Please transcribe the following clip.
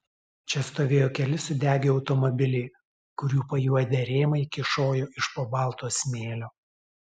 čia stovėjo keli sudegę automobiliai kurių pajuodę rėmai kyšojo iš po balto smėlio